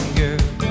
girl